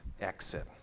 exit